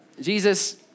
Jesus